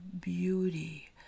beauty